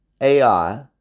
AI